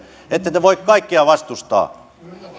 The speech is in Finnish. ette te voi kaikkea vastustaa